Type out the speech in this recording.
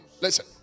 Listen